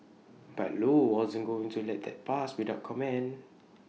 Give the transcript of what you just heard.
but low wasn't going to let that pass without comment